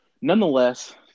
nonetheless